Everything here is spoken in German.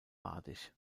badisch